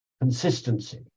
consistency